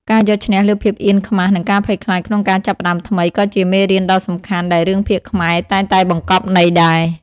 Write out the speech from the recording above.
ការយកឈ្នះលើភាពអៀនខ្មាស និងការភ័យខ្លាចក្នុងការចាប់ផ្តើមថ្មីក៏ជាមេរៀនដ៏សំខាន់ដែលរឿងភាគខ្មែរតែងតែបង្កប់ន័យដែរ។